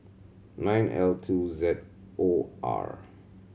nine L two Z O R